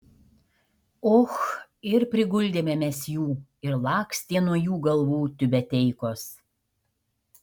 och ir priguldėme mes jų ir lakstė nuo jų galvų tiubeteikos